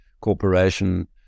Corporation